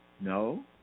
No